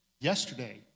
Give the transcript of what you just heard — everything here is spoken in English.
yesterday